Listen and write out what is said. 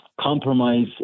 compromise